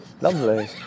Lovely